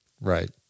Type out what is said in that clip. Right